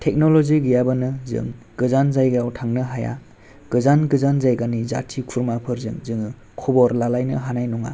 technology नङाबानो जों गोजान जायगायाव थांनो हाया जोङो गोजान जोदान जायगानि जाथि खुरमाफोरजों जोङो खबर लालायनो हानाय नङा